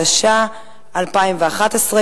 התשע"א 2011,